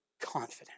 confident